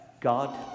God